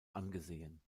angesehen